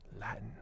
Latin